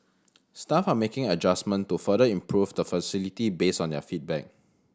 staff are making adjustment to further improve the facility based on their feedback